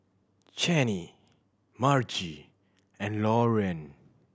Chanie Margie and Lauren